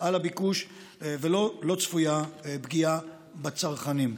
על הביקוש ולא צפויה פגיעה בצרכנים.